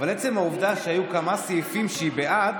אבל עצם העובדה שהיו כמה סעיפים שהיא בעדם,